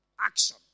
action